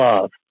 love